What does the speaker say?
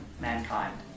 mankind